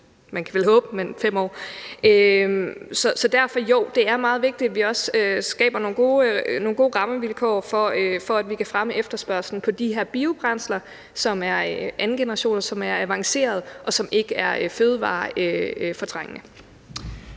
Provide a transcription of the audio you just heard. man kan vel håbe det – 5 år. Så derfor: Jo, det er meget vigtigt, at vi også skaber nogle gode rammevilkår for, at vi kan fremme efterspørgslen på de her biobrændsler, som er andengeneration, som er avancerede, og som ikke er fødevarefortrængende.